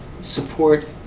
support